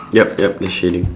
yup yup the shading